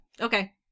Okay